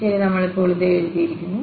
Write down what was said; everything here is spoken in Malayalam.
ശരി നമ്മൾ ഇപ്പോൾ എഴുതിയിരിക്കുന്നു